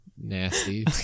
nasty